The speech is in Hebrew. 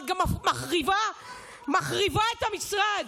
אבל את גם מחריבה את המשרד.